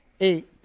Eight